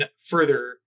further